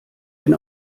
wenn